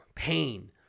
pain